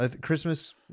Christmas